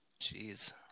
Jeez